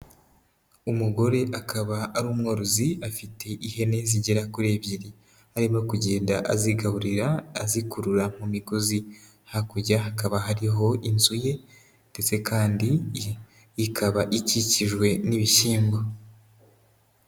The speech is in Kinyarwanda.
Umugore akaba ari umworozi, afite ihene zigera kuri ebyiri, arimo kugenda azigaburira azikurura mu migozi. Hakurya hakaba hariho inzu ye ndetse kandi ikaba ikikijwe n'ibishyimbo.